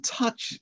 touch